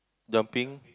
dumpling